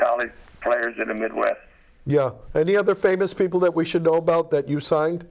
college players in the midwest and the other famous people that we should know about that you signed